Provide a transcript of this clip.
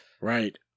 Right